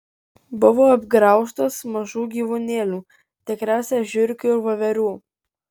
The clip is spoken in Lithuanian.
buvo apgraužtas mažų gyvūnėlių tikriausiai žiurkių ir voverių